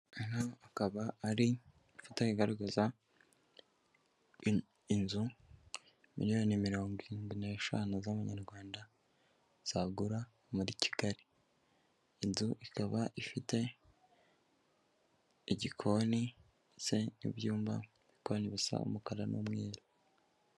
Aha akaba ari ifoto igaragaza inzu miliyoni mirongo irindwi n'eshanu z'amanyarwanda zagura muri Kigali. Inzu ikaba ifite igikoni ndetse n'ibyumba ndi kubona bisa umukara n'umweru.